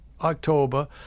October